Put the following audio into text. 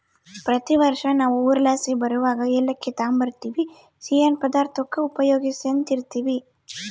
ಪ್ರತಿ ವರ್ಷ ನಾವು ಊರ್ಲಾಸಿ ಬರುವಗ ಏಲಕ್ಕಿ ತಾಂಬರ್ತಿವಿ, ಸಿಯ್ಯನ್ ಪದಾರ್ತುಕ್ಕ ಉಪಯೋಗ್ಸ್ಯಂತ ಇರ್ತೀವಿ